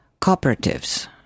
cooperatives